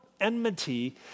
enmity